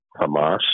Hamas